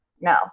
no